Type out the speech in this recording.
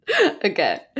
okay